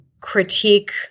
critique